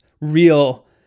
real